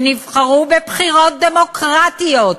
שנבחרו בבחירות דמוקרטיות,